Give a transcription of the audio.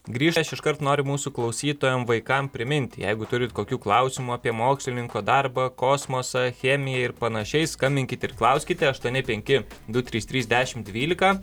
grįžęs iškart noriu mūsų klausytojam vaikam priminti jeigu turit kokių klausimų apie mokslininko darbą kosmosą chemiją ir panašiai skambinkit ir klauskite aštuoni penki du trys trys dešimt dvylika